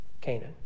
Canaan